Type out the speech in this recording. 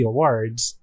Awards